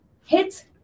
hit